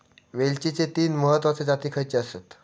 वेलचीचे तीन महत्वाचे जाती खयचे आसत?